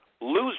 lose